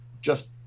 just-